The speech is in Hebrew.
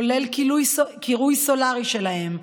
כולל קירוי סולרי שלהם,